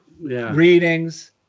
readings